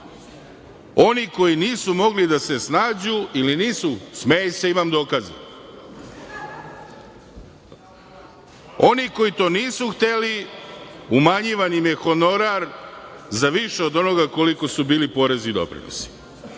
Oni koji nisu mogli da se snađu ili nisu, smej se, imam dokaze, oni koji to nisu hteli, umanjivan im je honorar za više od onoga koliko su bili porezi doprinosi. Ja